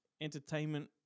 entertainment